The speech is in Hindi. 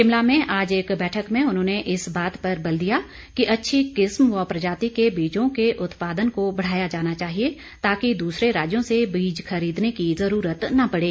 शिमला में आज एक बैठक में उन्होंने इस बात पर बल दिया कि अच्छी किस्म व प्रजाति के बीजों के उत्पादन को बढ़ाया जाना चाहिए ताकि दूसरे राज्यों से बीज खरीदने की जरूरत न पड़े